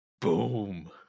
Boom